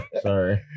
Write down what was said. Sorry